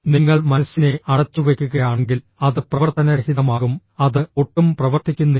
നിങ്ങൾ മനസ്സിനെ അടച്ചുവെക്കുകയാണെങ്കിൽ അത് പ്രവർത്തനരഹിതമാകും അത് ഒട്ടും പ്രവർത്തിക്കുന്നില്ല